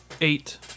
Eight